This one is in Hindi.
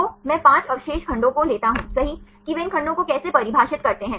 तो मैं 5 अवशेष खंडों को लेता हूं सही कि वे इन खंडों को कैसे परिभाषित करते हैं